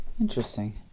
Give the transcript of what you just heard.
Interesting